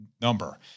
number